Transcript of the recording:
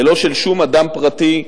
ולא של שום אדם פרטי,